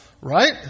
Right